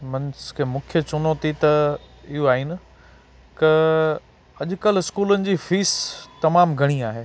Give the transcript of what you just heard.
mince कि मुख्य चुनौती त इहे आहिनि त अॼुकल्ह स्कूलनि जी फीस तमामु घणी आहे